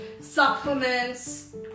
supplements